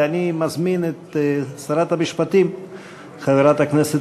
ואני מזמין את שרת המשפטים חברת הכנסת